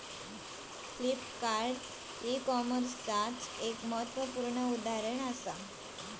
Flipkart ई कॉमर्सचाच एक महत्वपूर्ण उदाहरण असा